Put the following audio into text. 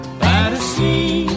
fantasy